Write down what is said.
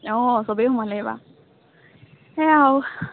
অঁ চবেই সোমালে এইবাৰ সেয়া আৰু